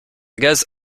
gaz